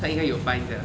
他应该有 fine sia